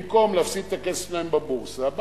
במקום להפסיד את הכסף שלהם בבורסה,